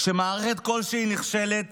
כשמערכת כלשהי נכשלת